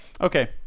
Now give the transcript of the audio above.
Okay